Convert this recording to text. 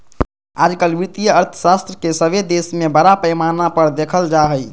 आजकल वित्तीय अर्थशास्त्र के सभे देश में बड़ा पैमाना पर देखल जा हइ